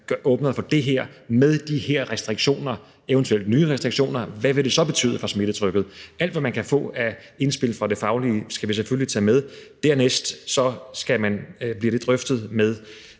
åbnede for det her med de her restriktioner, eventuelt nye restriktioner, så vil betyde for smittetrykket. Alt, hvad vi kan få af indspil fra det faglige, skal vi selvfølgelig tage med. Dernæst bliver det drøftet med